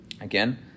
Again